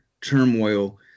turmoil